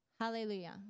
Hallelujah